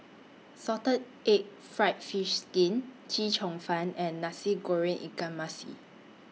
Salted Egg Fried Fish Skin Chee Cheong Fun and Nasi Goreng Ikan Masin